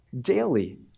daily